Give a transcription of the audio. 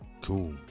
cool